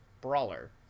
brawler